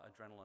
adrenaline